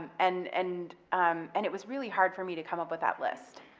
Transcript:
and and um and it was really hard for me to come up with that list,